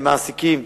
למעסיקים,